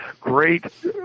great